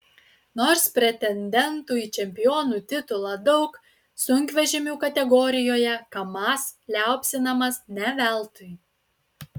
nors pretendentų į čempionų titulą daug sunkvežimių kategorijoje kamaz liaupsinamas ne veltui